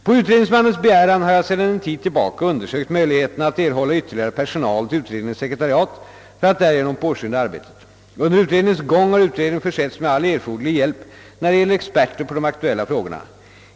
På utredningsmannens begäran har jag sedan en tid tillbaka undersökt möjligheterna att erhålla ytterligare personal till utredningens sekretariat för att därigenom påskynda arbetet. Under utredningens gång har utredningen försetts med all erforderlig hjälp när det gäller experter på de aktuella frågorna.